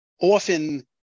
often